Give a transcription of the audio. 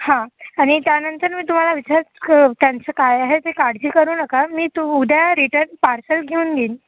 हा आणि त्यानंतर मी तुम्हाला विचार त्यांचं काय आहे ते काळजी करू नका मी तू उद्या रिटर्न पार्सल घेऊन येईन